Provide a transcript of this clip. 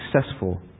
successful